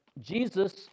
Jesus